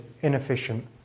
inefficient